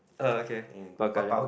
uh okay Bao Ka Liao